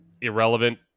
irrelevant